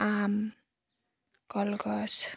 আম কলগছ